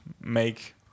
make